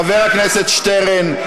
חבר הכנסת שטרן,